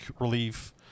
relief